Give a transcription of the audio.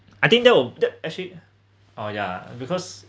I think that would that actually oh yeah because